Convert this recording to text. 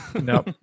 no